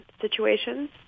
situations